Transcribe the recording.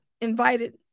invited